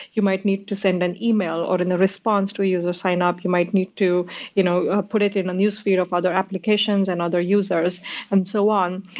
you might need to send an email, or in the response to user sign-up you might need to you know ah put it in a newsfeed of other applications and other users and so on.